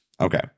Okay